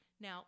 Now